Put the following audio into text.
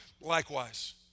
Likewise